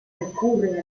recurre